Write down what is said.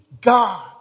God